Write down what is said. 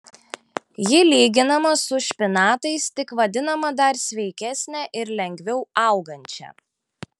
ji lyginama su špinatais tik vadinama dar sveikesne ir lengviau augančia